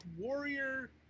Warrior